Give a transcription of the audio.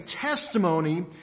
testimony